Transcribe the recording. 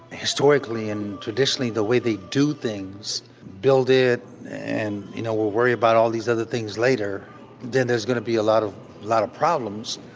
historically and traditionally the way they do things build it and you know worry about all these things later then there's going to be a lot of lot of problems,